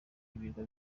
ibirwa